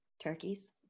Turkeys